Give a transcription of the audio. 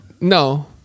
No